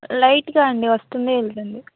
లైట్గా అండి వస్తుంది వెళ్తుంది